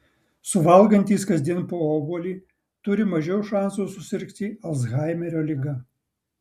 suvalgantys kasdien po obuolį turi mažiau šansų susirgti alzhaimerio liga